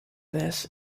this